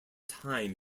time